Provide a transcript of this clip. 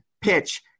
PITCH